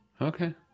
Okay